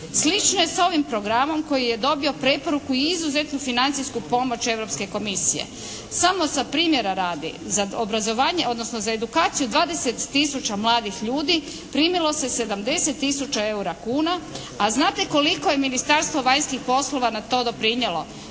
Slično je sa ovim programom koji je dobio preporuku i izuzetnu financijsku pomoć Europske komisije. Samo za primjera radi za obrazovanje odnosno za edukaciju 20 tisuća mladih ljudi primilo se 70 tisuća eura kuna. A znate koliko je Ministarstvo vanjskih poslova na to doprinijelo?